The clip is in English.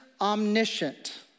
omniscient